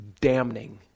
damning